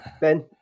Ben